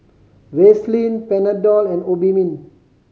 Vaselin Panadol and Obimin